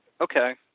okay